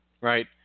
right